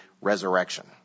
resurrection